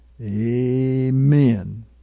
amen